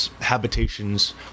habitations